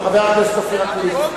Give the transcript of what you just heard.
חבר הכנסת אופיר אקוניס,